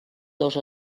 dos